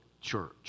church